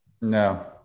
No